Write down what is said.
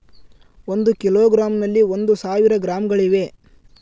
ಒಂದು ಕಿಲೋಗ್ರಾಂ ನಲ್ಲಿ ಒಂದು ಸಾವಿರ ಗ್ರಾಂಗಳಿವೆ